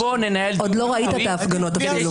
עוד לא ראית את ההפגנות אפילו.